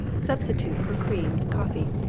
substitute for cream in coffee.